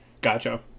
Gotcha